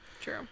true